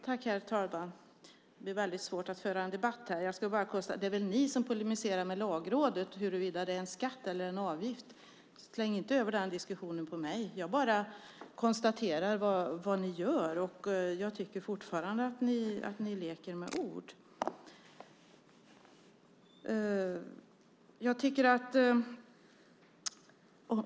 Herr talman! Det blir väldigt svårt att föra en debatt här. Det är väl ni som polemiserar med Lagrådet huruvida det är en skatt eller en avgift. Släng inte över den diskussionen på mig. Jag bara konstaterar vad ni gör. Jag tycker fortfarande att ni leker med ord.